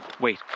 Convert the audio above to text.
Wait